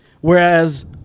Whereas